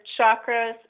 chakras